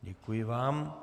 Děkuji vám.